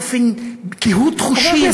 את מתחצפת באופן, קהות חושים.